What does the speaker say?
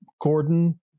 Gordon